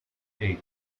eight